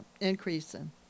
Increasing